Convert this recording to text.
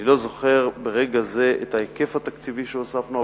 אני לא זוכר ברגע זה את היקף התקציב שהוספנו,